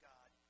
God